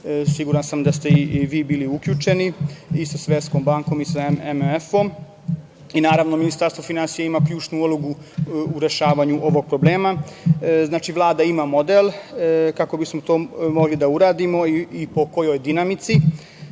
Siguran sam da ste i vi bili uključeni i sa Svetskom bankom i sa MMF-om i naravno Ministarstvo finansija ima ključnu ulogu u rešavanju ovog problema. Znači, Vlada ima model kako bismo to mogli da uradimo i po kojoj dinamici.